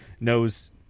knows